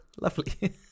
Lovely